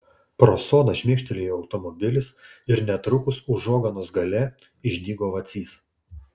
pro sodą šmėkštelėjo automobilis ir netrukus užuoganos gale išdygo vacys